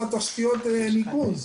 תשתיות ניקוז.